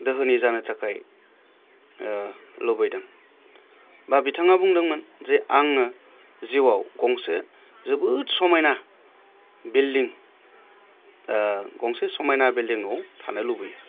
दोहोनि जानो थाखाय लुबैदों बा बिथाङा बुंदोंमोन जे आङो जिउआव गंसे जोबोद समायना बिल्दिं गंसे समायना बिल्दिं न'आव थानो लुबैयो